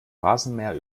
rasenmäher